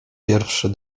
pierwszy